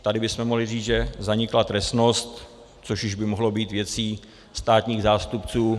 Tady bychom mohli říct, že zanikla trestnost, což už by mohlo být věcí státních zástupců.